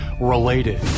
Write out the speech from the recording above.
related